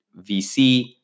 VC